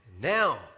Now